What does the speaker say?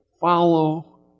Follow